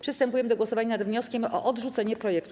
Przystępujemy do głosowania nad wnioskiem o odrzucenie projektu.